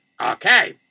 Okay